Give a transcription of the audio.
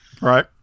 right